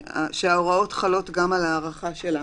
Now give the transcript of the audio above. הנושא שההוראות חלות גם על ההארכה של ההכרזה.